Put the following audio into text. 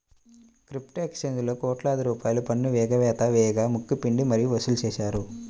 crypto ఎక్స్చేంజీలలో కోట్లాది రూపాయల పన్ను ఎగవేత వేయగా ముక్కు పిండి మరీ వసూలు చేశారు